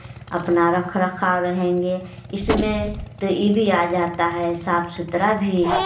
अपना रख रखाव रहेंगे इसमें तो यह भी आ जाता है साफ़ सुथरा भी